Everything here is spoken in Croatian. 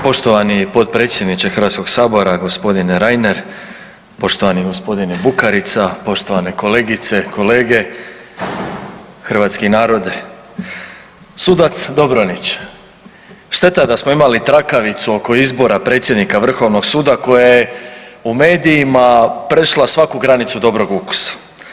Poštovani potpredsjedniče Hrvatskog sabora gospodine Reiner, poštovani gospodine Bukarica, poštovane kolegice, kolege, hrvatski narode, sudac Dobranić šteta da smo imali trakavicu oko izbora predsjednika Vrhovnog suda koja je u medijima prešla svaku granicu dobrog ukusa.